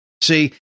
See